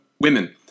women